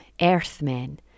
earthmen